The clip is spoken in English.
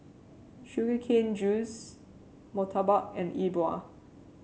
Sugar Cane Juice murtabak and E Bua